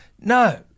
no